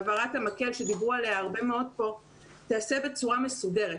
העברת המקל שדיברו עליה כאן הרבה מאוד תיעשה בצורה מסודרת